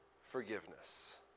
forgiveness